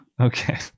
okay